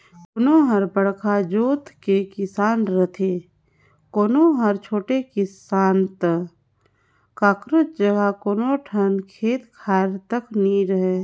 कोनो हर बड़का जोत के किसान रथे, कोनो हर छोटे किसान त कखरो जघा एको ठन खेत खार नइ रहय